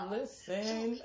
listen